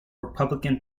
republican